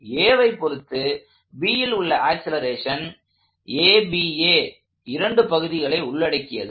Aவை பொருத்து Bல் உள்ள ஆக்ஸலரேஷன் இரண்டு பகுதிகளை உள்ளடக்கியது